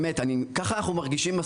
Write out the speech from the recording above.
באמת, כך אנחנו מרגישים.